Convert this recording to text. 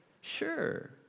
Sure